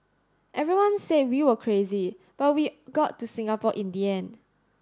everyone said we were crazy but we got to Singapore in the end